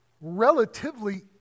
relatively